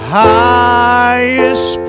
highest